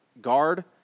guard